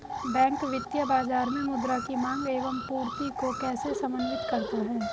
Bank वित्तीय बाजार में मुद्रा की माँग एवं पूर्ति को कैसे समन्वित करता है?